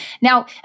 Now